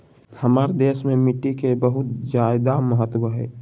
हमार देश में मिट्टी के बहुत जायदा महत्व हइ